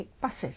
buses